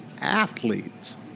athletes